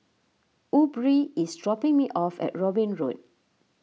Aubree is dropping me off at Robin Road